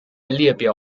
列表